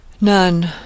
None